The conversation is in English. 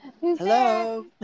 Hello